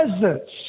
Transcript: presence